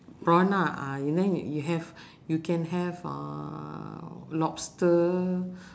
prawn ah ah you then you have you can have uh lobster